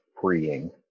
freeing